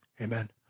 Amen